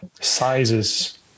sizes